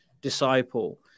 disciple